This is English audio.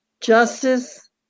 justice